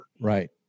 Right